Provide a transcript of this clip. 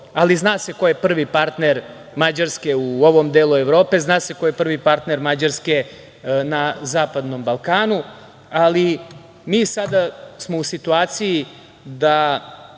ali zna se ko je prvi partner Mađarske u ovom delu Evrope, zna se ko je prvi partner Mađarske na zapadnom Balkanu, ali mi smo sada u situaciji da